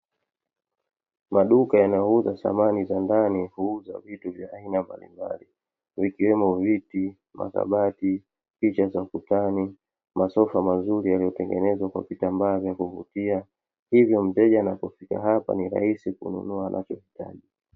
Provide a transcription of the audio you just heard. Maduka yanayouza samani za ndani huuza vitu vya aina mbalimbali, ikiwemo viti, makabati, picha za ukutani, masofa mazuri yaliyotengenezwa kwa vitambaa vya kuvutia, hivyo mteja anavyofika hapa ni rahisi kununua anachohitaji.